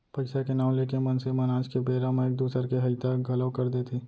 पइसा के नांव लेके मनसे मन आज के बेरा म एक दूसर के हइता घलौ कर देथे